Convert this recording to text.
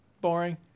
boring